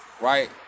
right